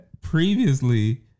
previously